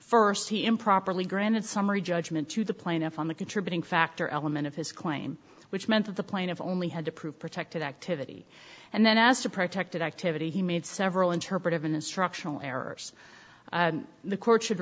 first he improperly granted summary judgment to the plaintiff on the contributing factor element of his claim which meant that the plaintiff only had to prove protected activity and then as to protected activity he made several interpretive an instructional errors the court should